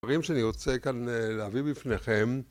דברים שאני רוצה כאן להביא בפניכם